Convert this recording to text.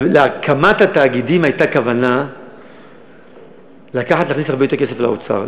בהקמת התאגידים הייתה כוונה לקחת ולהכניס הרבה יותר כסף לאוצר.